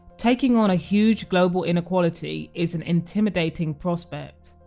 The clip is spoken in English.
taking on a huge global inequality is an intimidating prospect.